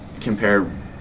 compare